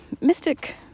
mystic